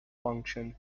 function